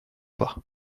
pas